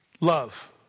love